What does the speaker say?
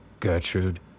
Gertrude